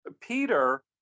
Peter